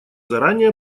заранее